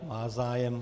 Má zájem.